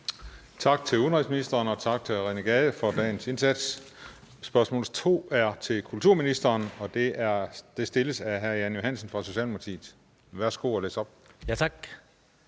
Tak til udenrigsministeren og tak til hr. René Gade for dagens indsats. Spørgsmål 2 er til kulturministeren, og det stilles af hr. Jan Johansen fra Socialdemokratiet. Kl. 15:10 Spm. nr.